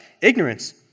ignorance